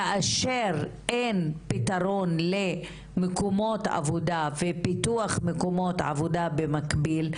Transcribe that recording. כאשר אין פתרון למקומות עבודה ופיתוח מקומות עבודה במקביל,